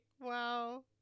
Wow